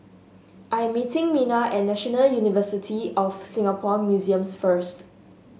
I am meeting Mina at National University of Singapore Museums first